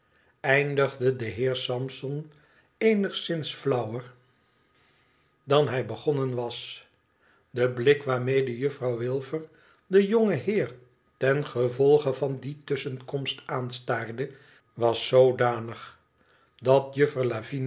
eindigde dé heer sampson eenigszins flauwer dan hij begonnen was de blik waarmede juffrouw wilfer den jongen heer ten gevolge van die tusschenkomst aanstaarde was zoodanig dat